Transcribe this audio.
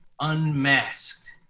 Unmasked